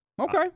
Okay